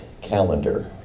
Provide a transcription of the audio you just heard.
calendar